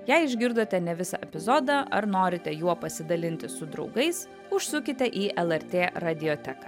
jei išgirdote ne visą epizodą ar norite juo pasidalinti su draugais užsukite į lrt radioteką